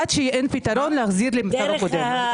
עד שאין פתרון, להחזיר את המצב הקודם.